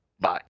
Bye